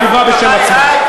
היא דיברה בשם עצמה.